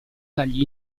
dagli